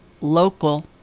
local